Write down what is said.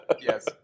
Yes